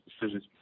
decisions